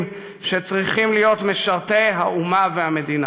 שצריכים להיות משרתי האומה והמדינה.